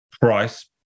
price